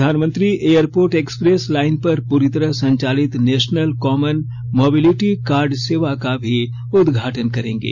प्रधानमंत्री airport express line पर पूरी तरह संचालित नेशनल कॉमन मोबिलिटी कार्ड सेवा का भी उद्घाटन करेंगे